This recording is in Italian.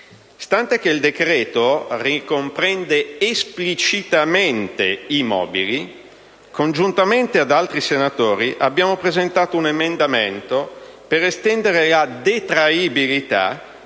fatto che il decreto ricomprende esplicitamente i mobili, congiuntamente ad altri senatori abbiamo presentato un emendamento per estendere la detraibilità